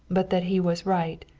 but that he was right.